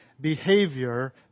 behavior